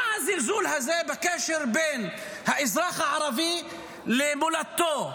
מה הזלזול הזה בקשר בין האזרח הערבי למולדתו,